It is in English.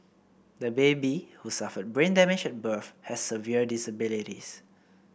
the baby who suffered brain damage at birth has severe disabilities